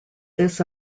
this